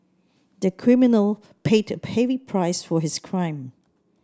the criminal paid a heavy price for his crime